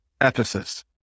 Ephesus